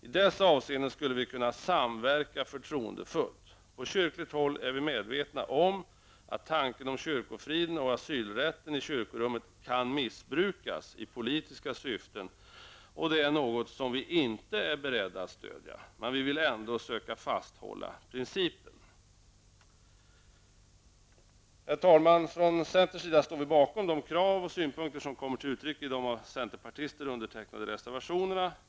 I dessa avseenden skulle vi kunna samverka förtroendefullt. På kyrkligt håll är vi medvetna om att tanken om kyrkofriden och asylrätten i kyrkorummet kan missbrukas i politiska syften och det är något, som vi inte är beredda att stödja. Men vi vill ändå söka fasthålla principen.'' Herr talman! Vi i centern står bakom de krav och synpunkter som kommer till uttryck i de av centerpartister undertecknade reservationerna.